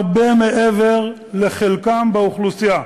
הרבה מעבר לחלקם באוכלוסייה,